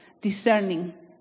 discerning